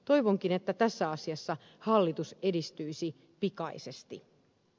toivonkin että tässä asiassa hallitus edistyisi pikaisesti